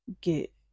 get